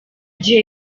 gihe